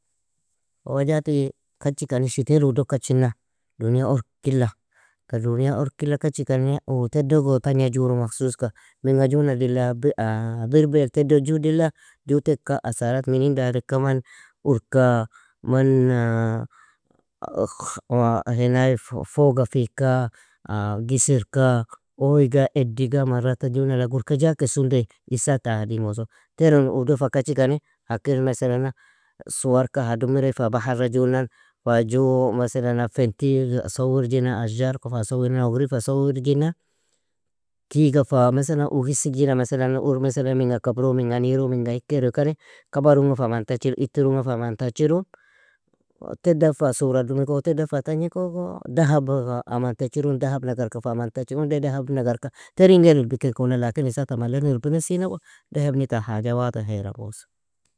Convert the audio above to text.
Khawajati, kachikani shiteel udog kachina, dunya orkilla, dunya orkilla kachikani uu tedogo tagna juru mahsuska, minga ju nadilea? birbel tedog judilea ju teka asarat minin dareka man urka, man fooga fika gisirka, oyga ediga marata ju nala gurka jakes unday isata adingoso teron udog fa kachikani, ha kir masalana suwar ka ha dumirea fa baharra junan, fa ju masalana fintiga sawirjina ashjar ku fa sawirina nougri fa sawirjina, tiga fa masalana, ug isigjina masalana uur masalana minga kabru minga niru minga hikairu ikani, kabarunga fa amantachiru, itir unga fa amantachiru, tedan fa suora dumiko, tedan fa tagnikoga, dahaba fa amantachiru, dahabn agarka fa mantachiru, unday dahabn agarka terin geir irbikenkumo lakan isata mallen irbiresinogo dehabni ta haja wadhah earngoso.